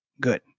Good